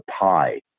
pi